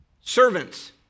Servants